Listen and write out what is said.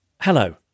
Hello